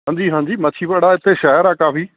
ਹਾਂਜੀ ਹਾਂਜੀ ਮਾਛੀਵਾੜਾ ਇੱਥੇ ਸ਼ਹਿਰ ਆ ਕਾਫੀ